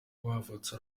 bavutse